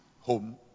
home